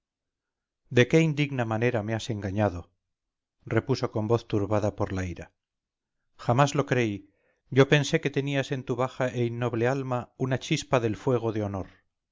de qué indigna manera me has engañado repuso con voz turbada por la ira jamás lo creí yo pensé que tenías en tu baja e innoble alma una chispa del fuego de honor